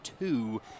two